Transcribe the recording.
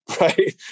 right